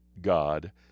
God